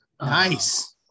nice